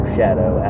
Shadow